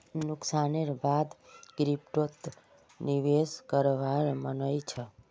नुकसानेर बा द क्रिप्टोत निवेश करवार मन नइ छ